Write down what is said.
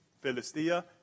Philistia